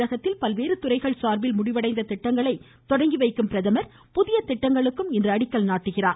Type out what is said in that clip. தமிழகத்தில் பல்வேறு துறைகள் சார்பில் முடிவடைந்த திட்டங்களை தொடங்கி வைக்கும் அவர் புதிய திட்டங்களுக்கும் இன்று அடிக்கல் நாட்டுகிறார்